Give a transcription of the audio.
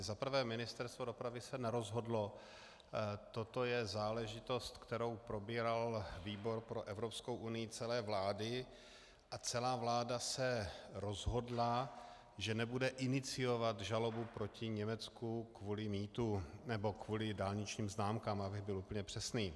Za prvé, Ministerstvo dopravy se nerozhodlo, toto je záležitost, kterou probíral výbor pro Evropskou unii celé vlády, a celá vláda se rozhodla, že nebude iniciovat žalobu proti Německu kvůli mýtu, nebo kvůli dálničním známkám, abych byl úplně přesný.